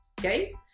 okay